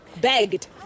Begged